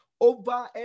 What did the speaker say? over